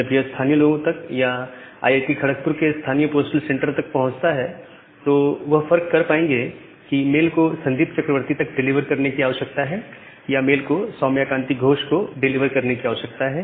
जब यह स्थानीय लोगों तक या आईआईटी खड़कपुर के स्थानीय पोस्टल सेंटर तक पहुंचता है तो वो यह फर्क कर पाएंगे कि मेल को संदीप चक्रवर्ती तक डिलीवर करने की आवश्यकता है या मेल को सौम्यकांति घोष को डिलीवर करने की आवश्यकता है